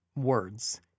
words